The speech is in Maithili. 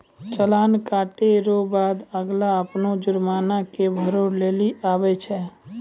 चालान कटे रो बाद अगला अपनो जुर्माना के भरै लेली आवै छै